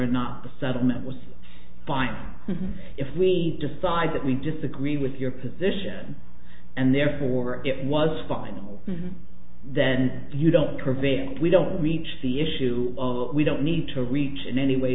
or not the settlement was fine if we decide that we disagree with your position and therefore it was final then you don't prevail if we don't reach the issue of we don't need to reach in any way